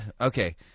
Okay